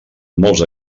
molts